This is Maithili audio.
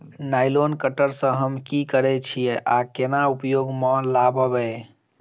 नाइलोन कटर सँ हम की करै छीयै आ केना उपयोग म लाबबै?